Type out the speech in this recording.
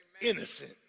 innocent